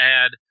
add